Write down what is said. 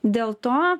dėl to